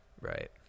right